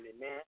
man